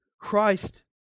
Christ